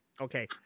Okay